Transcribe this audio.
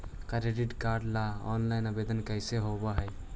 Credit card ल online आवेदन कैसे होब है?